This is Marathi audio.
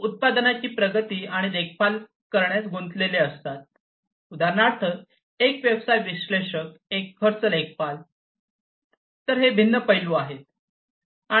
लोक उत्पादनाची प्रगती आणि देखभाल करण्यात गुंतलेले असतात उदाहरणार्थ एक व्यवसाय विश्लेषक एक खर्च लेखापाल तर हे भिन्न पैलू आहेत